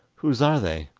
whose are they